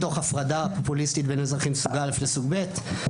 תוך הפרדה פופוליסטית בין אזרחים סוג א' לסוג ב'.